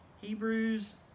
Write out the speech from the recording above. hebrews